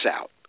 out